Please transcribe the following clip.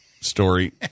story